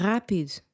Rápido